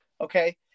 okay